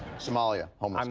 somalia. homeless